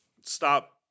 stop